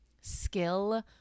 skill